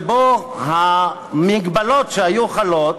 שבו המגבלות שהיו חלות